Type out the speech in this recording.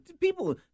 people